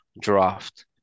draft